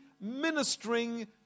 ministering